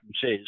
says